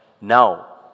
Now